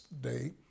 day